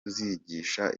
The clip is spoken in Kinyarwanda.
uzigisha